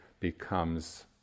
becomes